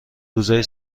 روزای